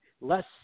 less